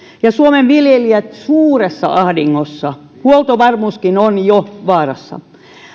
ja suomen viljelijät suuressa ahdingossa huoltovarmuuskin on jo vaarassa